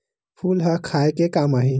फूल ह खाये के काम आही?